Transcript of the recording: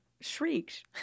shrieked